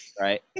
right